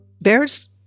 Bears